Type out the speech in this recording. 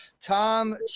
Tom